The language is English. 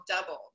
doubled